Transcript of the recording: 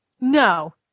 No